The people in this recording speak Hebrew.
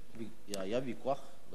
כי היה ויכוח לגבי ירושלים.